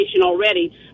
already